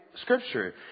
scripture